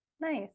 nice